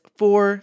four